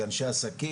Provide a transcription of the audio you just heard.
זה אנשי עסקים,